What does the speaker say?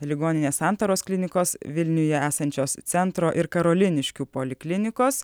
ligoninės santaros klinikos vilniuje esančios centro ir karoliniškių poliklinikos